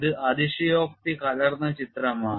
ഇത് അതിശയോക്തി കലർന്ന ചിത്രമാണ്